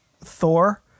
Thor